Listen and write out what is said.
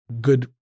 good